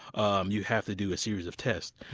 um you have to do a series of test.